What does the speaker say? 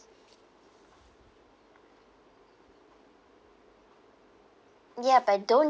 ya but don't